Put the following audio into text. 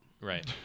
Right